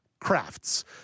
crafts